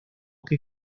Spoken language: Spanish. que